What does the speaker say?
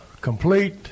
complete